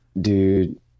Dude